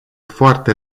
foarte